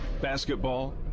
Basketball